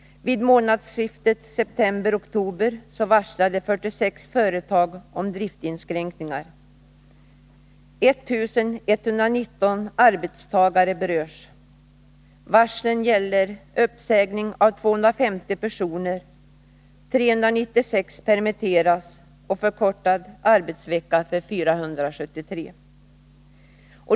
Vid månadsskiftet september-oktober varslade 46 företag om driftinskränkningar. 1119 arbetstagare berörs. Varslen gäller uppsägning av 250 personer, permittering av 396 och förkortad arbetsvecka för 473.